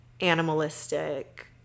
animalistic